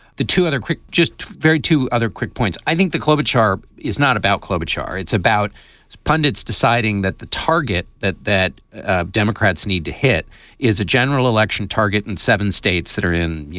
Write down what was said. the two other quick just very two other quick points. i think the club hrp is not about club h r. it's about its pundits deciding that the target that that ah democrats need to hit is a general election target in seven states that are in you